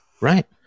Right